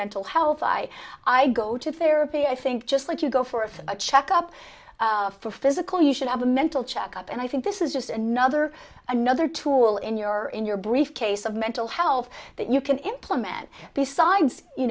mental health i i go to therapy i think just like you go for a check up for physical you should have a mental checkup and i think this is just another another tool in your in your briefcase of mental health that you can implement besides you